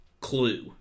Clue